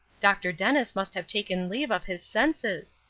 dr. dennis must have taken leave of his senses!